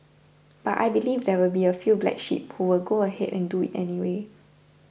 but I believe there will be a few black sheep who would go ahead and do it anyway